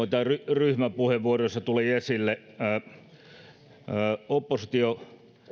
ryhmäpuheenvuoroissa tuli esille oppositio